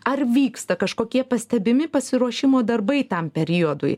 ar vyksta kažkokie pastebimi pasiruošimo darbai tam periodui